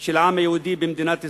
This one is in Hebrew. של העם היהודי במדינת ישראל.